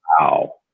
Wow